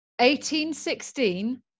1816